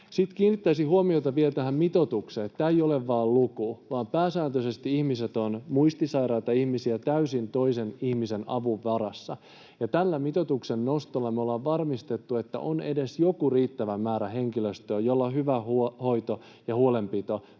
Sitten kiinnittäisin huomiota vielä tähän mitoitukseen. Tämä ei ole vain luku, vaan pääsääntöisesti ihmiset ovat muistisairaita ihmisiä, täysin toisen ihmisen avun varassa, ja tällä mitoituksen nostolla me ollaan varmistettu, että on edes joku riittävä määrä henkilöstöä, jolloin hyvä hoito ja huolenpito